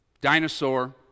dinosaur